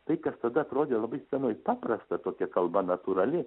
tai kas tada atrodė labai scenoj paprasta tokia kalba natūrali